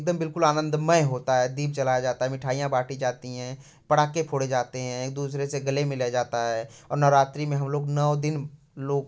एकदम बिल्कुल आनंदमय होता है दीप जलाया जाता है मिठाइयाँ बाँटी जाती हैं पड़ाके फोड़े जाते हैं एक दूसरे से गले मिला जाता है और नवरात्री में हम लोग नौ दिन लोग